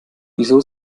wieso